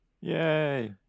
Yay